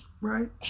Right